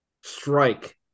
strike